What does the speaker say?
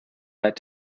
that